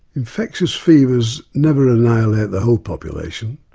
infectious fevers never annihilate the whole population.